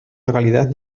localidad